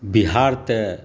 बिहार तऽ